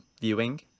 viewing